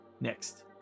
Next